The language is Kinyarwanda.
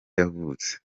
yavutse